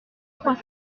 trois